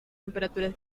temperaturas